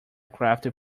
crafted